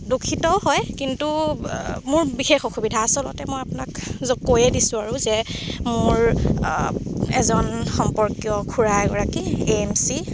দুখীতও হয় কিন্তু মোৰ বিশেষ অসুবিধা আচলতে মই আপোনাক কৈয়ে দিছোঁ আৰু যে মোৰ এজন সম্পৰ্কীয় খুৰা এগৰাকী এ এম চি